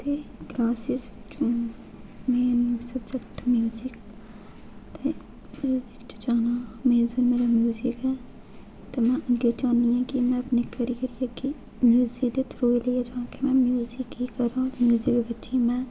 ते क्लासां चा मेन सब्जैक्ट म्युजिक ते में जाना मेन मेरा म्युजिक ऐ ते में अग्गें चाह्न्नी आं कि में अपने कैरियर गी अग्गें म्युजिक दे थ्रू ई गै जां ते में म्युजिक ई करां कि म्युजिक बिच ई में